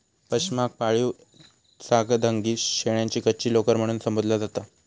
पशमाक पाळीव चांगथंगी शेळ्यांची कच्ची लोकर म्हणून संबोधला जाता